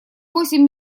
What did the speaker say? восемь